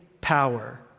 power